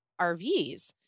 RVs